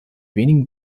wenigen